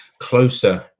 closer